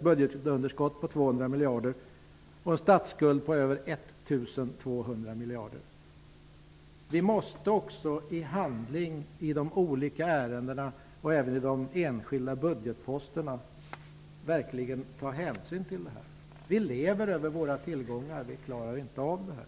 budgetunderskott på 200 miljarder och en statsskuld på över 1 200 miljarder måste vi verkligen genom handling i de olika ärendena, även i de enskilda budgetposterna, ta hänsyn till situationen. Vi lever över våra tillgångar. Vi klarar inte av det här.